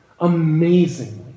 amazingly